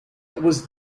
was